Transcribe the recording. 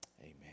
amen